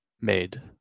made